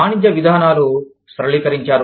వాణిజ్య విధానాలు సరళీకరించారు